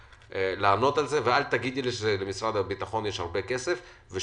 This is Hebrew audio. קיבלנו את המכתב של מנכ"ל משרד הביטחון רק אתמול